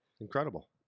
Incredible